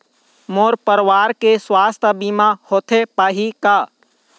मोर परवार के सुवास्थ बीमा होथे पाही का?